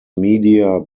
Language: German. media